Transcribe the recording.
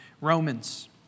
Romans